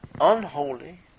unholy